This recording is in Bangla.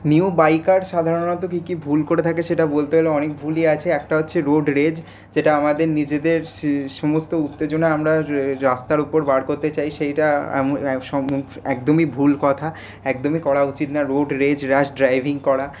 নিউ বাইকার সাধারণত কি কি ভুল করে থাকে সেটা বলতে হলে অনেক ভুলই আছে একটা হচ্ছে রোড রেজ যেটা আমাদের নিজেদের সমস্ত উত্তেজনা আমরা রাস্তার উপর বার করতে চাই সেইটা একদমই ভুল কথা একদমই করা উচিৎ না রোড রেজ র্যাশ ড্রাইভিং করা